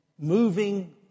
moving